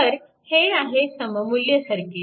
तर हे आहे सममुल्य सर्किट